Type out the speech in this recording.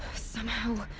somehow.